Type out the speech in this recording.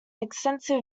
extensive